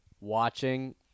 Watching